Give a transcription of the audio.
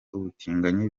ubutinganyi